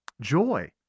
joy